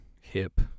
hip